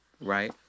right